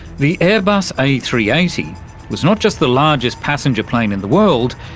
the airbus a three eight zero was not just the largest passenger plane in the world,